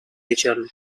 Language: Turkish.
geçerli